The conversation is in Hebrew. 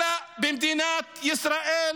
אלא מדינת ישראל,